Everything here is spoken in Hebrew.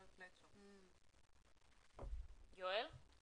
יואל?